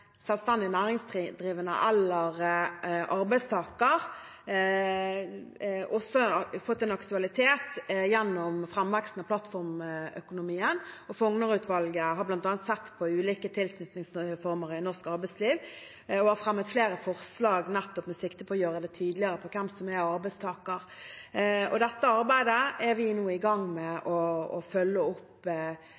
fått en aktualitet gjennom framveksten av plattformøkonomien. Fougner-utvalget har bl.a. sett på ulike tilknytningsformer i norsk arbeidsliv og fremmet flere forslag nettopp med sikte på å gjøre det tydeligere hvem som er arbeidstaker. Dette arbeidet er vi nå i gang med